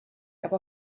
aber